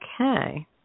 Okay